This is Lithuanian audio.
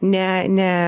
ne ne